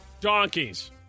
Donkeys